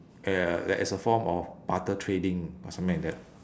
uh as a form of barter trading or something like that